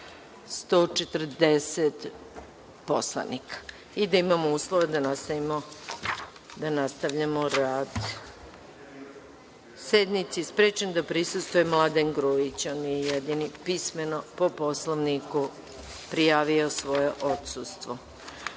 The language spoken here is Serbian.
poslanika i da imamo uslove da nastavimo rad. Sednici je sprečen da prisustvuje Mladen Grujić. On je jedini pismeno po Poslovniku prijavio svoje